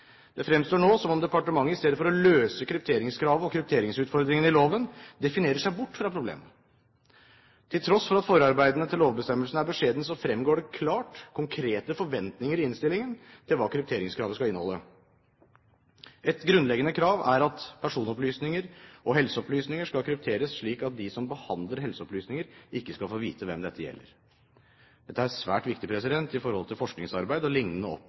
Det fremstår nå som om departementet – i stedet for å løse krypteringskravet og krypteringsutfordringen i loven – definerer seg bort fra problemet. Til tross for at forarbeidene til lovbestemmelsen er beskjeden, fremgår det klart konkrete forventninger i innstillingen til hva krypteringskravet skal inneholde. Et grunnleggende krav er at personopplysninger og helseopplysninger skal krypteres slik at de som behandler helseopplysninger, ikke skal få vite hvem dette gjelder. Dette er svært viktig